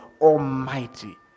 Almighty